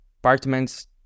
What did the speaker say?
apartments